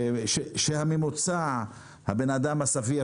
שהממוצע של האדם הסביר,